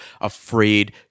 afraid